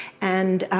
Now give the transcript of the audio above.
and